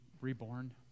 reborn